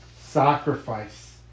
sacrifice